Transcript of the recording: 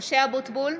משה אבוטבול,